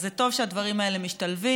אז זה טוב שהדברים האלה משתלבים,